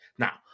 Now